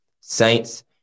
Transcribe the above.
saints